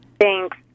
thanks